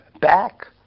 back